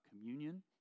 communion